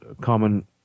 common